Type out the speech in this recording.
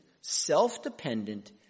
self-dependent